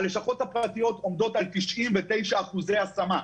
הלשכות הפרטיות עומדות על 99% השמה.